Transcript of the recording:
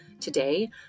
Today